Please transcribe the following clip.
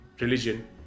religion